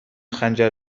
خنجر